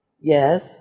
Yes